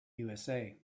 usa